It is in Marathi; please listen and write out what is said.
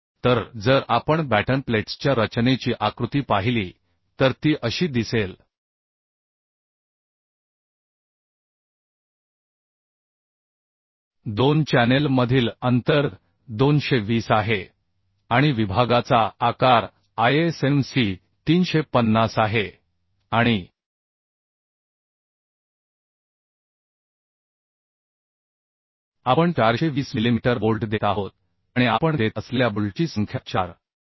तर जर आपण बॅटन प्लेट्सच्या रचनेची आकृती पाहिली तर ती अशी दिसेल दोन चॅनेल मधील अंतर 220 आहे आणि विभागाचा आकार ISMC 350 आहे आणि आपण 420 मिलिमीटर बोल्ट देत आहोत आणि आपण देत असलेल्या बोल्टची संख्या 4 आहे